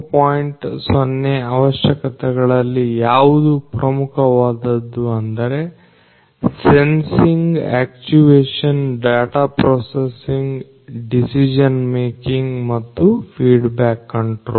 0 ಅವಶ್ಯಕತೆಗಳಲ್ಲಿ ಯಾವುದು ಪ್ರಮುಖವಾದದ್ದು ಅಂದರೆ sensing actuation data processing decision making ಮತ್ತು ಫೀಡ್ಬ್ಯಾಕ್ ಕಂಟ್ರೋಲ್